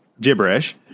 gibberish